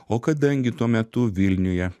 o kadangi tuo metu vilniuje